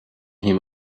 him